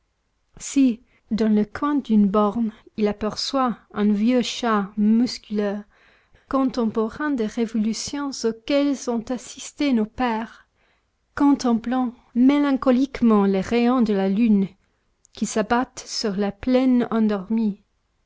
si dans le coin d'une borne il aperçoit un vieux chat musculeux contemporain des révolutions auxquelles ont assisté nos pères contemplant mélancoliquement les rayons de la lune qui s'abattent sur la plaine endormie